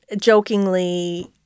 jokingly –